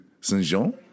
Saint-Jean